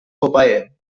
vorbei